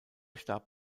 starb